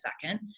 second